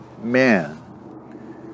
man